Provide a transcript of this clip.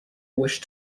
wish